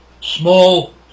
small